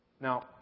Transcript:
Now